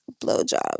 blowjob